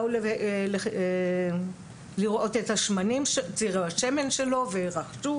באו לראות את ציורי השמן שלו ורכשו